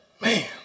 man